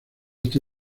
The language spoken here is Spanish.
este